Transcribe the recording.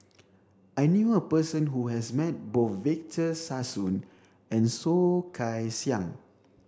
I knew a person who has met both Victor Sassoon and Soh Kay Siang